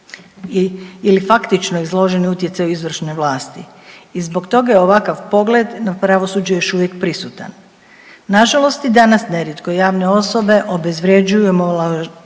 ili faktično izloženi utjecaju izvršne vlasti i zbog toga je ovakav pogled na pravosuđe još uvijek prisutan. Nažalost i danas nerijetko javne osobe obezvrjeđuju i